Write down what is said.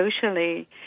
socially